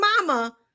mama